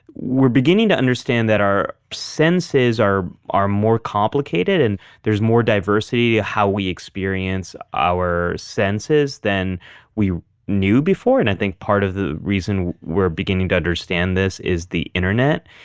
we're beginning to understand that our senses are more complicated and there's more diversity to how we experience our senses than we knew before. and i think part of the reason we're beginning to understand this is the internet.